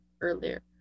earlier